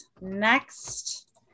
Next